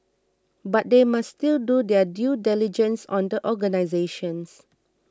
but they must still do their due diligence on the organisations